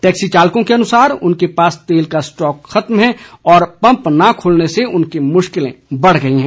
taxi चालकों के अनुसार उनके पास तेल का स्टॉक खत्म है और पम्प न खूलने से उनकी मुश्किलें बढ़ गई है